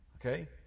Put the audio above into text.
okay